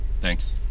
Thanks